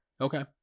Okay